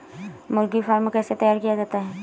मुर्गी फार्म कैसे तैयार किया जाता है?